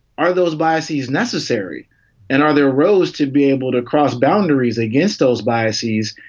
are those biases necessary and are there rows to be able to cross boundaries against those biases?